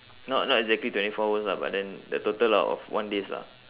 not not exactly twenty four hours lah but then the total out of one days lah